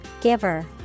Giver